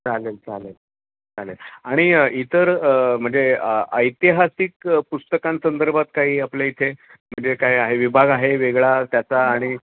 चालेल चालेल चालेल आणि इतर म्हणजे ऐतिहासिक पुस्तकांसंदर्भात काही आपल्या इथे म्हणजे काय आहे विभाग आहे वेगळा त्याचा आणि